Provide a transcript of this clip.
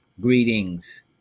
Greetings